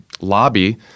lobby